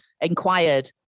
inquired